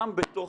גם בתוך